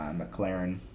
mclaren